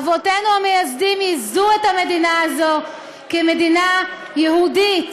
אבותינו המייסדים יסדו את המדינה הזאת כמדינה יהודית.